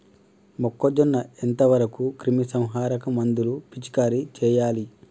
మొక్కజొన్న ఎంత వరకు క్రిమిసంహారక మందులు పిచికారీ చేయాలి?